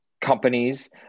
companies